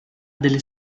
delle